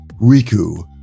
Riku